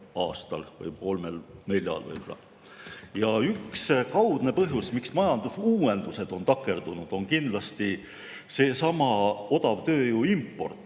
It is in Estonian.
Üks kaudne põhjus, miks majandusuuendused on takerdunud, on kindlasti odava tööjõu import,